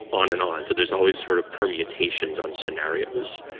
on and on. so there's always sort of permutations on scenarios.